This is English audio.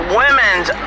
women's